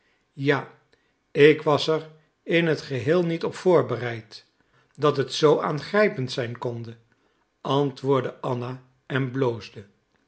ja ik was er in het geheel niet op voorbereid dat het zoo aangrijpend zijn konde antwoordde anna en bloosde